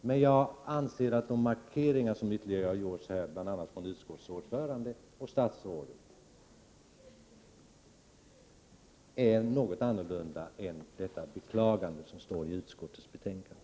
Jag anser emellertid att de markeringar som ytterligare har gjorts här, bl.a. av utskottets ordförande och statsrådet, är något annorlunda än detta beklagande som står i utskottets betänkande.